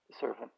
servant